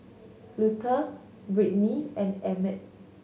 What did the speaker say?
Luther Brittnee and Emett